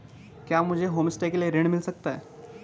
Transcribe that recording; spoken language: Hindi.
क्या मुझे होमस्टे के लिए ऋण मिल सकता है?